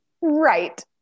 Right